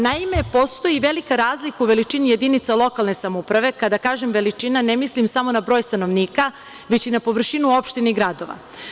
Naime, postoji velika razlika u veličini jedinica lokalne samouprave, kada kažem veličina ne mislim samo na broj stanovnika, već i na površinu opštine i gradova.